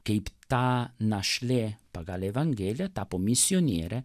kaip ta našlė pagal evangeliją tapo misioniere